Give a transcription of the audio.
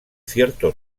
cierto